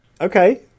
Okay